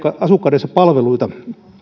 asukkaidensa palveluita